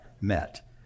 met